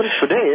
today